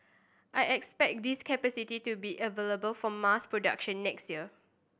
I expect this capacity to be available for mass production next year